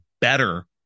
better